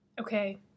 Okay